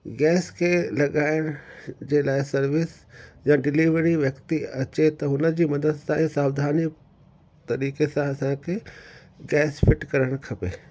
gas खे लॻाइण जे लाइ सर्विस या डिलिवरी व्यक्ति अचे त हुन जी मदद सां ई सावधानी तरीक़े सां असांखे गैस फिट करणु खपे